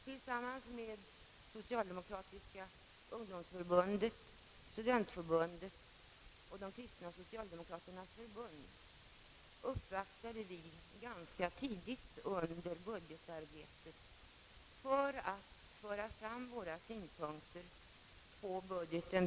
Tillsammans med socialdemokratiska ungdomsförbundet, studentförbundet och de kristna socialdemokraternas förbund uppvaktade vi ganska tidigt under budgetarbetet för att få fram våra synpunkter på budgeten.